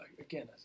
again